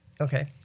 Okay